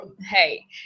hey